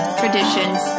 traditions